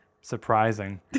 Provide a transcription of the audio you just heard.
Surprising